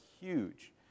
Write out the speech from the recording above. huge